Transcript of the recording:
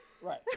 Right